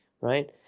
right